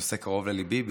נושא קרוב לליבי,